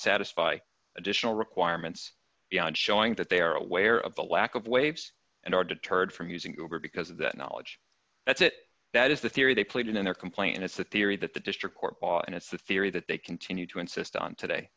satisfy additional requirements beyond showing that they are aware of the lack of waves and are deterred from using over because of that knowledge that's it that is the theory they played in their complaint and it's the theory that the district court and it's the theory that they continue to insist on